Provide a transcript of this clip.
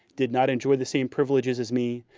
did not enjoy the same privileges as me,